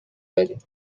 داریم